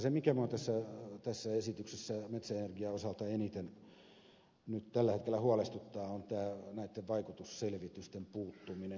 se mikä minua tässä esityksessä metsäenergian osalta eniten nyt tällä hetkellä huolestuttaa on näiden vaikutusselvitysten puuttuminen